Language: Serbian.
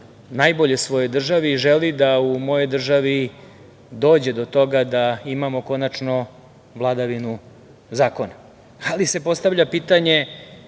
najbolje svojoj državi i želi da u mojoj državi dođe do toga da imamo konačno vladavinu zakona. Ali se postavlja pitanje